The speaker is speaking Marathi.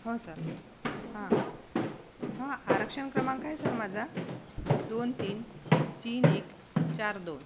हो सर हां हां आरक्षण क्रमांक आहे सर माझा दोन तीन तीन एक चार दोन